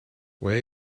where